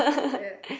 kayak